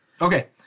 Okay